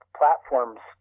platforms